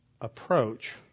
approach